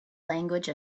language